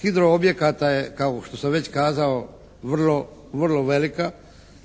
hidro objekata je kao što sam već kazao vrlo velika.